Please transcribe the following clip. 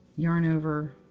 yarn over,